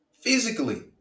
physically